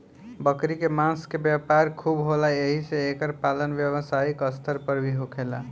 बकरी के मांस के व्यापार खूब होला एही से एकर पालन व्यवसायिक स्तर पर भी होखेला